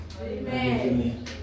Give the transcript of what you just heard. Amen